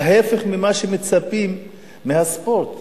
ההיפך ממה שמצפים מהספורט,